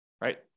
right